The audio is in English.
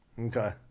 Okay